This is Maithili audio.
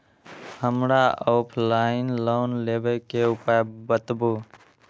हमरा ऑफलाइन लोन लेबे के उपाय बतबु?